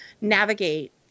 navigate